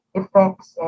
effects